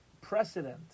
precedent